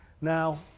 Now